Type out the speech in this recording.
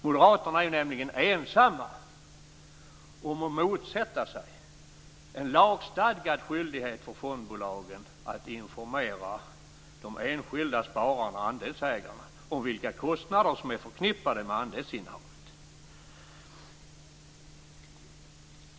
Moderaterna är nämligen ensamma om att motsätta sig en lagstadgad skyldighet för fondbolagen att informera de enskilda spararna och andelsägarna om vilka kostnader som är förknippade med andelsinnehavet.